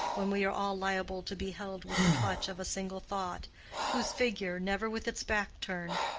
when we are all liable to be held with the clutch of a single thought whose figure, never with its back turned,